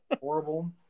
Horrible